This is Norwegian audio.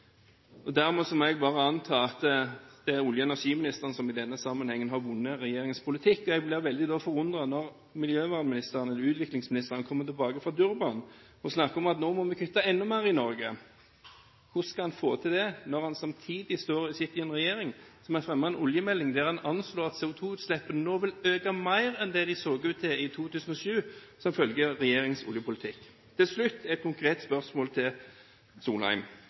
Dermed må jeg bare anta at det er olje- og energiministeren som i denne sammenhengen har vunnet regjeringens politikk. Jeg blir veldig forundret når miljø- og utviklingsministeren kommer tilbake fra Durban og snakker om at nå må vi kutte enda mer i Norge. Hvordan skal han få til det, når han samtidig sitter i en regjering som har fremmet en oljemelding der en anslår at CO2-utslippene nå vil øke mer enn det det så ut til i 2007, som følge av regjeringens oljepolitikk? Til slutt et konkret spørsmål til Solheim.